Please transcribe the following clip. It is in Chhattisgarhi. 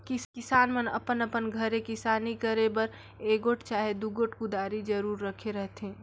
किसान मन अपन अपन घरे किसानी करे बर एगोट चहे दुगोट कुदारी जरूर राखे रहथे